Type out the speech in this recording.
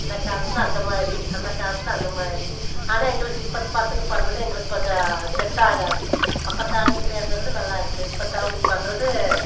இந்த காலத்தில் அந்த மாதிரி அந்த காலத்தில் அந்த மாதிரி ஆனால் எங்களுக்கு இப்பத்து பசங்கள் பண்ணுறது எங்களுக்கு கொஞ்சம் செட் ஆகாது அப்பத்து ஆளுங்கள் பேசுறது நல்லா இருக்கு இப்பத்து அவங்க பண்ணுறது